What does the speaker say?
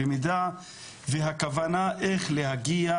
במידה והכוונה איך להגיע,